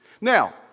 Now